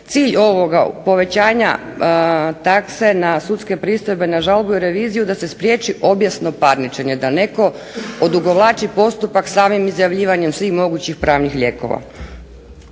cilj ovoga povećanja takse na sudske pristojbe na žalbu i reviziju da se spriječi objesno parničenje, da netko odugovlači postupak samim izjavljivanjem svih mogućih pravnih lijekova.